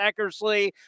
Eckersley